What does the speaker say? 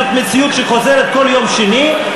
זאת מציאות שחוזרת כל יום שני,